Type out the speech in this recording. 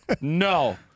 no